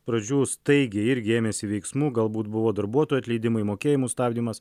pradžių staigiai irgi ėmėsi veiksmų galbūt buvo darbuotojų atleidimai mokėjimų stabdymas